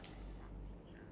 ya sure